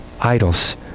idols